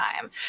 time